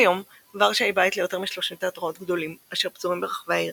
כיום ורשה היא בית ליותר מ-30 תיאטראות גדולים אשר פזורים ברחבי העיר,